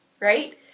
right